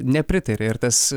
nepritarė ir tas